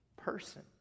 person